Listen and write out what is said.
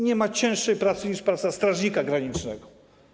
Nie ma cięższej pracy niż praca strażnika granicznego.